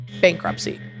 bankruptcy